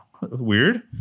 Weird